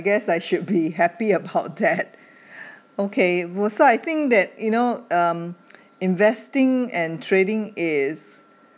I guess I should be happy about that okay so I think that you know um investing and trading is